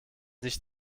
nicht